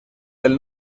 del